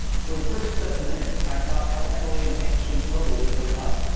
for the first seven minutes i thought how emily and hank should totally hook up.